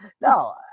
No